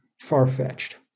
far-fetched